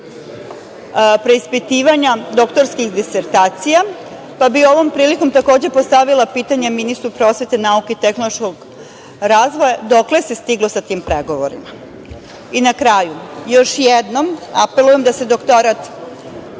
preispitivanja doktorskih disertacija, pa bi ovom prilikom takođe postavila pitanje ministru prosvete, nauke i tehnološkog razvoja – dokle se stiglo sa tim pregovorima? Na kraju, još jednom apelujem da se doktorat